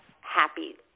happy